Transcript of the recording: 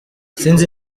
sinzi